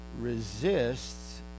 resists